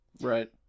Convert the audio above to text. Right